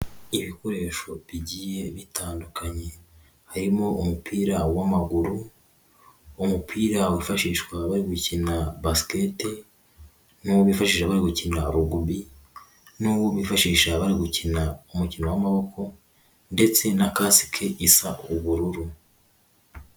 Ibikoresho bigiye bitandukanye, harimo umupira w'amaguru uwo mupira wifashishwa bari gukina basikete n'uwo bifashishije bari gukina rugubi n'uwo bifashisha bari gukina umukino w'amaboko ndetse na kasike isa ubururu.